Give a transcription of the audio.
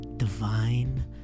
divine